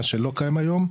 מה שלא קיים היום,